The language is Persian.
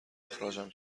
اخراجم